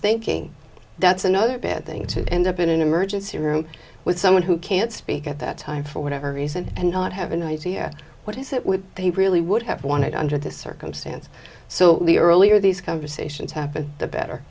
thinking that's another bad thing to end up in an emergency room with someone who can't speak at that time for whatever reason and not have an idea what is it would they really would have wanted under the circumstance so the earlier these conversations happen the better